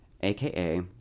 AKA